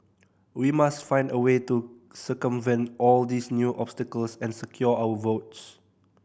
we must find a way to circumvent all these new obstacles and secure our votes